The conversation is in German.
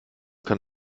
kann